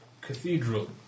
cathedral